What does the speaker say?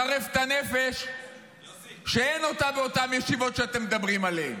לחרף את הנפש שאין אותה באותן ישיבות שאתם מדברים עליהן.